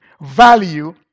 Value